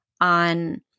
on